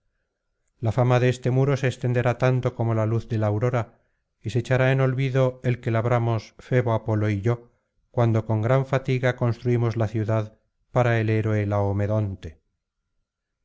la fama de este muro se extenderá tanto como la luz de la aurora y se echará en olvido el que labramos febo apolo y yo cuando con gran fatiga construímos la ciudad para el héroe